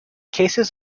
cases